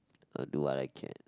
I will do what I can